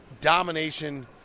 domination